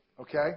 Okay